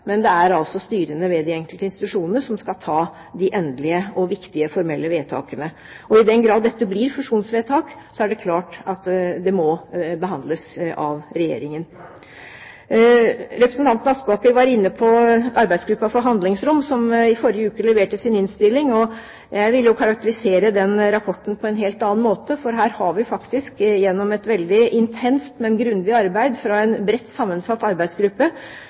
men det er altså styrene ved de enkelte institusjonene som skal ta de endelige og viktige formelle vedtakene. I den grad dette blir fusjonsvedtak, er det klart at det må behandles av Regjeringen. Representanten Aspaker var inne på arbeidsgruppen for handlingsrom, som i forrige uke leverte sin innstilling. Jeg vil jo karakterisere den rapporten på en helt annen måte, for her har vi faktisk gjennom et veldig intenst, men grundig arbeid fra en bredt sammensatt arbeidsgruppe